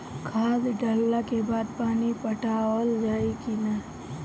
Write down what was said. खाद डलला के बाद पानी पाटावाल जाई कि न?